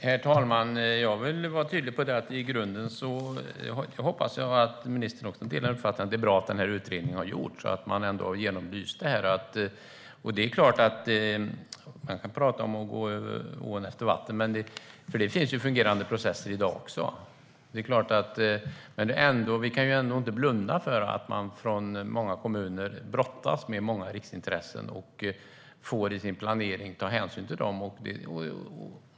Herr talman! I grunden hoppas jag att ministern delar uppfattningen att det är bra att utredningen har gjorts och att frågan har fått en genomlysning. Det är klart att man kan prata om att gå över ån efter vatten eftersom det finns fungerande processer i dag också, men vi kan ändå inte blunda för att många kommuner brottas med riksintressen och i sin planering måste ta hänsyn till dem.